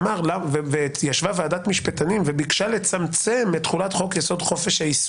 ישבה ועדת משפטנים וביקשה לצמצם את תכולת חוק-יסוד: חופש העיסוק,